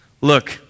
Look